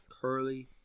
Curly